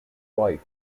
wife